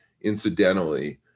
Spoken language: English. incidentally